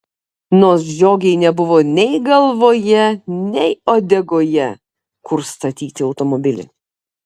nors žiogei nebuvo nei galvoje nei uodegoje kur statyti automobilį